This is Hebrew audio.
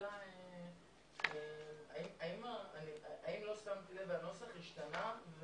האם לא שמתי לב והנוסח השתנה?